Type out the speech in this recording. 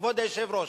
כבוד היושב-ראש.